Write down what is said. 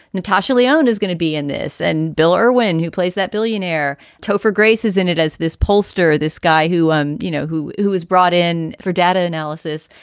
natasha leone is going to be in this. and bill irwin, who plays that billionaire tofor grace, is in it as this polster, this guy who um you know, who who is brought in for data analysis.